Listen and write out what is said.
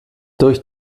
durch